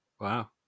Wow